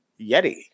Yeti